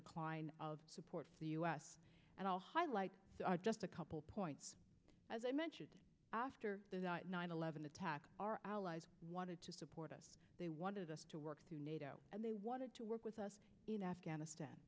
decline of support for the u s and i'll highlight just a couple points as i mentioned after nine eleven attack our allies wanted to support us they wanted us to work through nato and they wanted to work with us in afghanistan